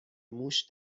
موش